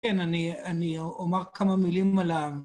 ‫כן, אני אומר כמה מילים על ה.